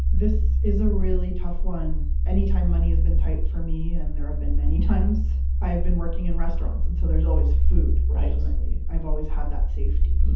this is a really tough one. anytime money has been tight for me, and there have been many times, i've been working in restaurants. and so there's always food ultimately. i've always had that safety.